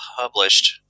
published